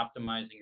optimizing